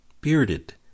Bearded